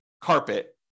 carpet